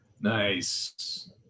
Nice